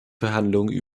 verhandlungen